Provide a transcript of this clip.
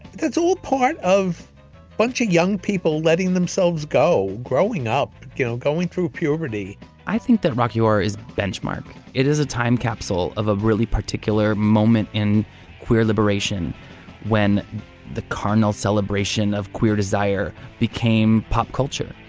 it's all part of a bunch of young people letting themselves go growing up you know going through puberty i think that rock you are is a benchmark. it is a time capsule of a really particular moment in queer liberation when the carnival celebration of queer desire became pop culture.